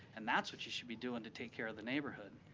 and that's what you should be doing to take care of the neighborhood.